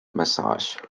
massage